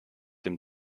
dem